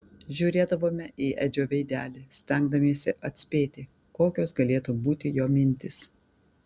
žiūrėdavome į edžio veidelį stengdamiesi atspėti kokios galėtų būti jo mintys